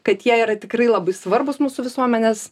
kad jie yra tikrai labai svarbūs mūsų visuomenės